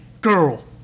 Girl